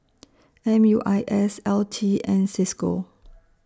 M U I S L T and CISCO